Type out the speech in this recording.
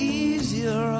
easier